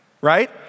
Right